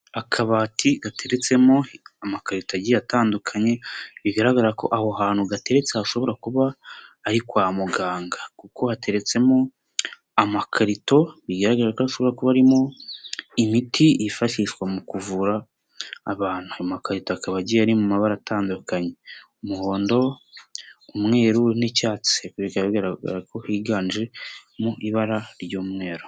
Akabati gateretsemo amakarito agiye atandukanye bigaragara ko aho hantu gateretse hashobora kuba ari kwa muganga kuko hateretsemo amakarito bigaragara ko ashobora kuba arimo imiti yifashishwa mu kuvura abantu, amakarito akaba agiye ari mu mabara atandukanye: umuhondo, umweru n'icyatsi, bikaba bigaragara ko higanjemo ibara ry'umweru.